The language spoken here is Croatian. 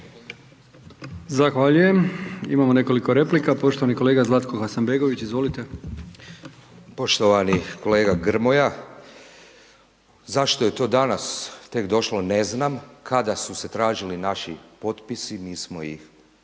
Zahvaljujem. Imamo nekoliko replika, poštovani kolega Zlatko Hasanbegović, izvolite. **Hasanbegović, Zlatko (Neovisni za Hrvatsku)** Poštovani kolega Grmoja, zašto je to danas tek došlo ne znam, kada su se tražili naši potpisi, mi smo ih